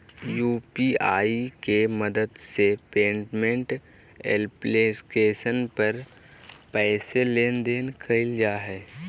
UPI के मदद से पेमेंट एप्लीकेशन पर पैसा लेन देन कइल जा हइ